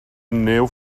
neu